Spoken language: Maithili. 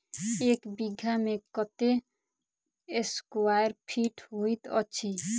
एक बीघा मे कत्ते स्क्वायर फीट होइत अछि?